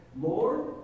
Lord